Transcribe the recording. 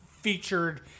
featured